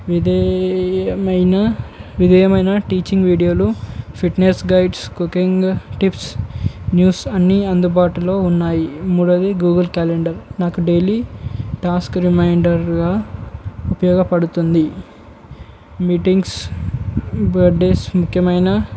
విధమైన విధమైన టీచింగ్ వీడియోలు fitness guides cooking tips news అన్ని అందుబాటులో ఉన్నాయి మూడవది గూగుల్ క్యాలెండర్ నాకు డైలీ టాస్క్ రిమైండర్గా ఉపయోగపడుతుంది మీటింగ్స్ బర్డేస్ ముఖ్యమైన